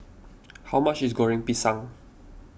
how much is Goreng Pisang